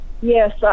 Yes